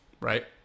right